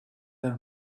are